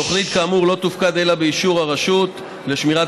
תוכנית כאמור לא תופקד אלא באישור הרשות לשמירת